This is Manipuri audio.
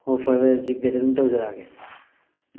ꯑꯣ ꯐꯔꯦ ꯐꯔꯦ ꯖꯤꯄꯦꯗ ꯑꯗꯨꯝ ꯇꯧꯖꯔꯛꯑꯒꯦ